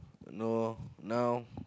you know now